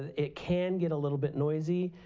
it can get a little bit noisy,